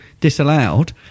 disallowed